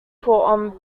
port